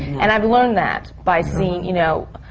and i've learned that, by seeing, you know,